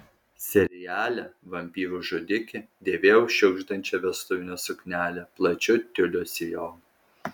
seriale vampyrų žudikė dėvėjau šiugždančią vestuvinę suknelę plačiu tiulio sijonu